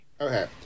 Okay